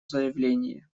заявление